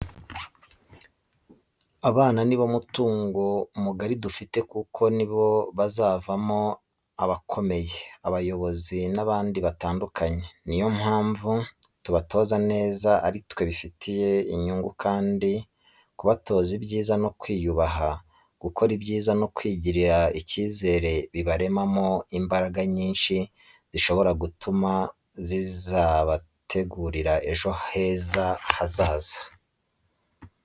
Abana ni bo mutungo mugari dufite kuko nibo bazavamo abakomeye, abayobozi n'abandi batandukanye. Ni yo mpamvu kubatoza neza ari twe bifitiye inyungu kandi kubatoza ibyiza no kwiyubaha gukora ibyiza no kwigirira icyizere bibarema mo imbaraga nyinshi zishobora gutuma zibategurira ejo habo heza.